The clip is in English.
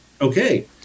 okay